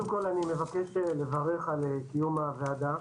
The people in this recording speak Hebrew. אני מבקש לברך על קיום הדיון.